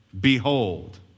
behold